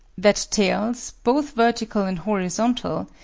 that tails, both vertical and horizontal,